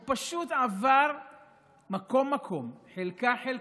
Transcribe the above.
הוא פשוט עבר מקום-מקום, חלקה-חלקה,